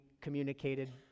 communicated